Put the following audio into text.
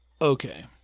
okay